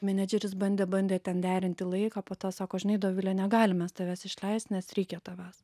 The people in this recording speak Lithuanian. menedžeris bandė bandė ten derinti laiką po to sako žinai dovile negalime tavęs išleisti nes reikia tavęs